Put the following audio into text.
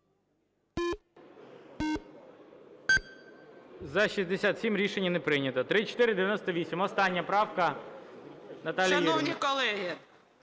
За-67 Рішення не прийнято. 3498, остання правка Наталії Юріївни.